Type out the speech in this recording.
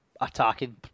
attacking